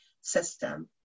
system